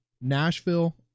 Nashville